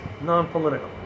non-political